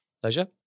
Pleasure